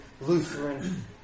Lutheran